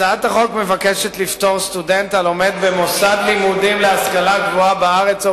הצעת החוק מבקשת לפטור סטודנט הלומד במוסד לימודים להשכלה גבוהה בארץ או